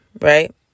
right